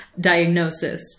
diagnosis